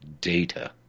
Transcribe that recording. data